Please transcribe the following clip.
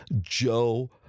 Joe